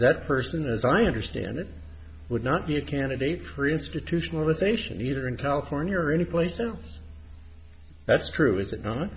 that person as i understand it would not be a candidate for institutionalization either in california or anyplace else that's true is